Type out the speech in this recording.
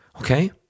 Okay